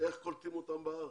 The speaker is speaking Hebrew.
איך קולטים אותם בארץ.